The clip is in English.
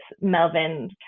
Melvin